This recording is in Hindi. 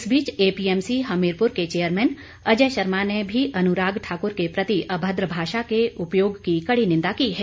इस बीच एपीएमसी हमीरपुर के चेयरमैन अजय शर्मा ने भी अनुराग ठाकुर के प्रति अभद्र भाषा के उपयोग की कड़ी निंदा की है